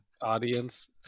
audience